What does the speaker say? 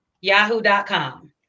yahoo.com